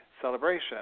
celebration